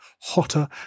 hotter